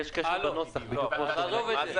אני רוצה